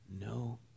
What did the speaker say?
no